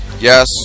Yes